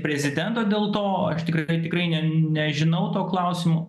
prezidento dėl to aš tikrai tikrai nežinau to klausimo